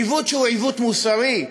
עיוות שהוא עיוות מוסרי.